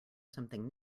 something